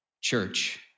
Church